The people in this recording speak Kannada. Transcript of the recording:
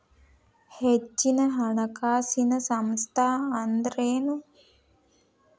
ಹೆಚ್ಚಿನ ಹಣಕಾಸಿನ ಸಂಸ್ಥಾ ಅಂದ್ರೇನು?